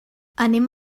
anem